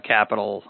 Capital